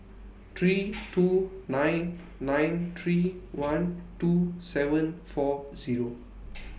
three two nine nine three one two seven four Zero